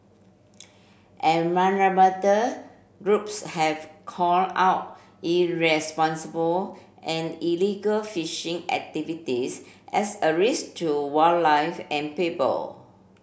environmental groups have call out irresponsible and illegal fishing activities as a risk to wildlife and people